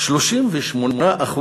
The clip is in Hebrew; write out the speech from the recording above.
38%